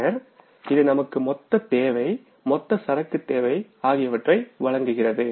பின்னர் இது நமக்கு மொத்த தேவை மொத்த சரக்கு தேவை ஆகியவற்றை வழங்குகிறது